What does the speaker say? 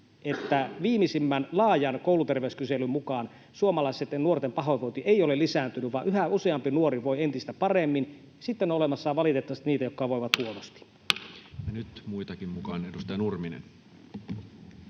että viimeisimmän laajan kouluterveyskyselyn mukaan suomalaisten nuorten pahoinvointi ei ole lisääntynyt vaan yhä useampi nuori voi entistä paremmin. Sitten on olemassa valitettavasti niitä, jotka voivat huonosti. Ja nyt muitakin mukaan. — Edustaja Nurminen.